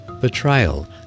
betrayal